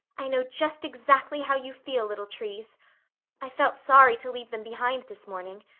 i know just exactly how you feel, little trees i felt sorry to leave them behind this morning.